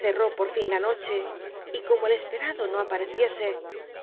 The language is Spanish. cerró por fin la noche y como el esperado no apareciese